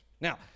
Now